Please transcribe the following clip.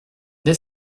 dès